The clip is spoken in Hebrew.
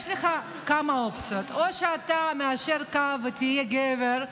יש לך כמה אופציות: או שאתה מיישר קו ותהיה גבר,